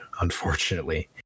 unfortunately